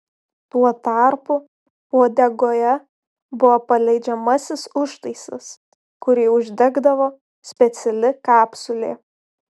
tuo tarpu uodegoje buvo paleidžiamasis užtaisas kurį uždegdavo speciali kapsulė